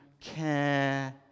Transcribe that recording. care